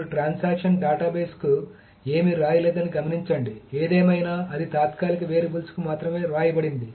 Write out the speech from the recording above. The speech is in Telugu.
ఇప్పుడు ట్రాన్సక్షన్ డేటాబేస్కు ఏమీ వ్రాయలేదని గమనించండి ఏదేమైనా అది తాత్కాలిక వేరియబుల్స్కు మాత్రమే వ్రాయబడింది